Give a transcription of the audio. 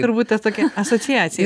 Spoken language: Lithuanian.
turbūt ta tokia asociacija